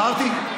הבהרתי?